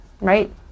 right